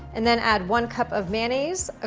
and then add one cup of mayonnaise, ah